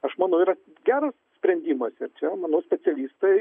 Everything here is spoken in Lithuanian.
aš manau yra geras sprendimas ir čia manau specialistai